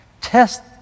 test